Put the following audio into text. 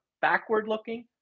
backward-looking